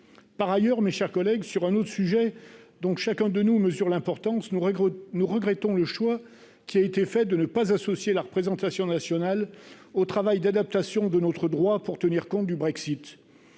par ailleurs, mes chers collègues, sur un autre sujet, donc chacun de nous mesure l'importance nous regroupons nous regrettons le choix qui a été fait de ne pas associer la représentation nationale au travail d'adaptation de notre droit pour tenir compte du Brexit,